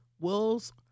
wills